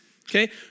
Okay